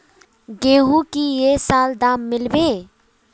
गेंहू की ये साल दाम मिलबे बे?